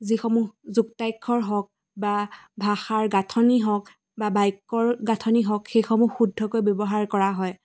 যিসমূহ যুক্তাক্ষৰ হওক বা ভাষাৰ গাঁথনি হওক বা বাক্যৰ গাঁথনি হওক সেইসমূহ শুদ্ধকৈ ব্যৱহাৰ কৰা হয়